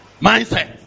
Mindset